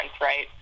right